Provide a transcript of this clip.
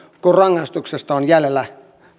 kun rangaistuksesta on jäljellä